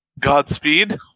Godspeed